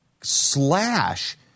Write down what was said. slash